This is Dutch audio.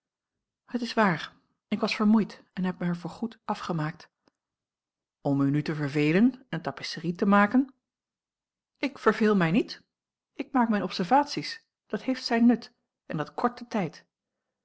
het is waar ik was vermoeid en heb er mij voor goed afgemaakt om u nu te vervelen en tapisserie te maken ik verveel mij niet ik maak mijne observaties dat heeft zijn nut en dat kort den tijd